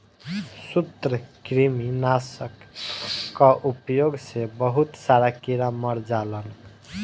सूत्रकृमि नाशक कअ उपयोग से बहुत सारा कीड़ा मर जालन